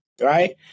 right